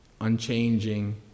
unchanging